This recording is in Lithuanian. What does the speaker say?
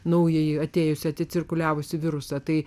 naująjį atėjusį cirkuliavusi virusą tai